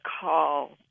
call